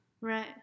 Right